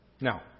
Now